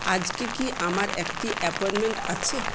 আজকে কি আমার একটি অ্যাপয়েন্টমেন্ট আছে